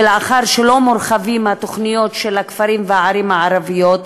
ולאחר שלא מורחבות התוכניות של הכפרים והערים הערביים,